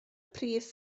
prif